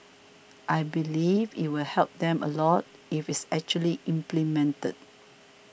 I believe it'll help them a lot if it's actually implemented